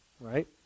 right